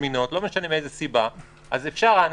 זמינות לא משנה מאיזו סיבה המוחרגים,